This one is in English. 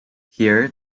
here